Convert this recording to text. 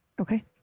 Okay